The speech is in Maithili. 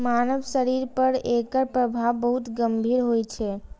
मानव शरीर पर एकर प्रभाव बहुत गंभीर होइ छै